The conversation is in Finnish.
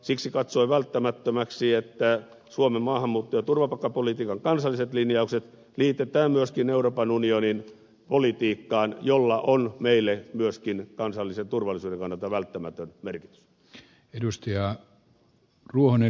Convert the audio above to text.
siksi katsoin välttämättömäksi että suomen maahanmuutto ja turvapaikkapolitiikan kansalliset linjaukset liitetään myöskin euroopan unionin politiikkaan jolla on meille myöskin kansallisen turvallisuuden kannalta välttämätön merkitys